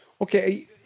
Okay